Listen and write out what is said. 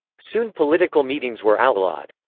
soon political meetings were outlawed.